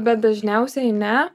bet dažniausiai ne